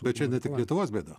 bet čia ne tik lietuvos bėda